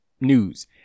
news